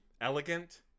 elegant